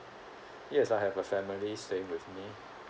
yes I have a family staying with me